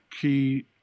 key